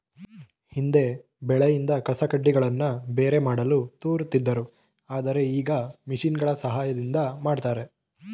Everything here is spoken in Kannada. ಹಿಂದೆ ಬೆಳೆಯಿಂದ ಕಸಕಡ್ಡಿಗಳನ್ನು ಬೇರೆ ಮಾಡಲು ತೋರುತ್ತಿದ್ದರು ಆದರೆ ಈಗ ಮಿಷಿನ್ಗಳ ಸಹಾಯದಿಂದ ಮಾಡ್ತರೆ